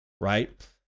right